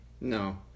no